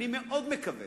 אני מאוד מקווה